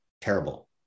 terrible